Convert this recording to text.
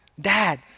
Dad